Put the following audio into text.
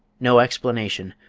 no explanation,